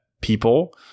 people